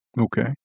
Okay